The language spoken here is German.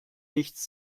nichts